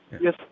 Yes